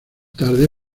tarde